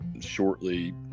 shortly